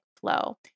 flow